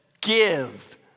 Give